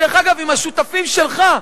אגב, עם השותפים שלך.